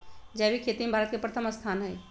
जैविक खेती में भारत के प्रथम स्थान हई